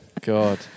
God